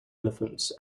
elephants